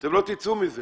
התשע"ט-2018.